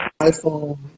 iPhone